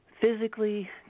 physically